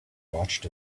watched